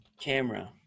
camera